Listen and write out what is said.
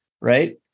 Right